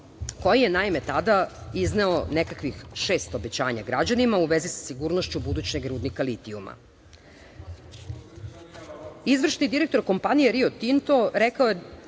koji je tada izneo nekih šest obećanja građanima u vezi sa sigurnošću budućeg rudnika litijuma. Izvršni direktor kompanije „Rio Tinto“ rekao je